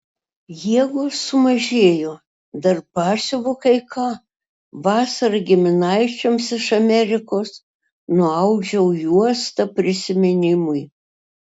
jėgos sumažėjo dar pasiuvu kai ką vasarą giminaičiams iš amerikos nuaudžiau juostą prisiminimui